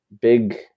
big